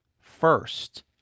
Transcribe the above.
first